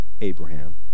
Abraham